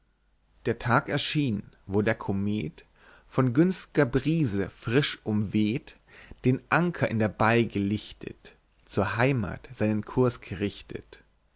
der tag erschien wo der komet von günstiger brise frisch umweht den anker in der bai gelichtet zur heimat seinen kurs gerichtet